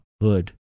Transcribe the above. hood